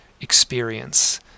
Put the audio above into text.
experience